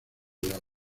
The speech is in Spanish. york